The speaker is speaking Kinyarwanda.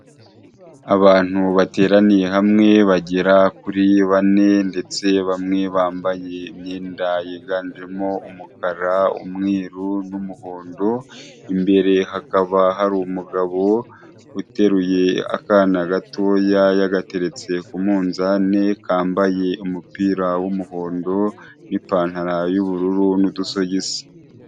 Abantu bateraniye hamwe bagera kuri bane ndetse bamwe bambaye imyenda yiganjemo umukara, umweru n'umuhondo, imbere hakaba hari umugabo uteruye akana gatoya, yagateretse ku munzani, kambaye umupira w'umuhondo n'ipantaro y'ubururu n'udusogisi.